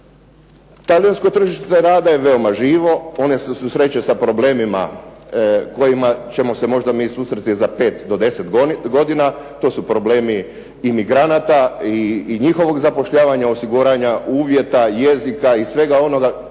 Talijansko tržište rada je veoma živo, ono se susreće sa problemima s kojima ćemo se mi susresti sa 5 do 10 godina, to su problemi imigranata i njihovog zapošljavanja, osiguravanja uvjeta, jezika i svega onoga